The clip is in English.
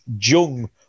Jung